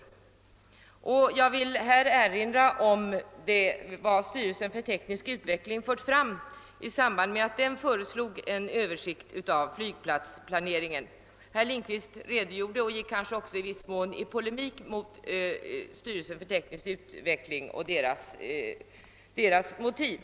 Jag vill i detta sammanhang erinra om vad styrelsen för teknisk utveckling fört fram i samband med att den föreslog en översyn av flygplatsplaneringen. Herr Lindkvist redogjorde för det och gick kanske i viss mån in i en polemik mot styrelsen för teknisk utveckling och styrelsens motiv.